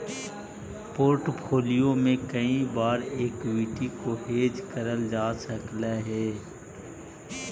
portfolio में कई बार एक्विटी को हेज करल जा सकलई हे